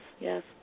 yes